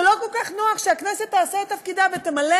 זה לא כל כך נוח שהכנסת תעשה את תפקידה ונמלא